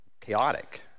chaotic